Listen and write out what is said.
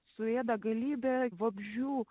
suėda galybę vabzdžių